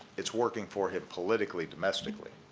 it's working for him politically, domestically,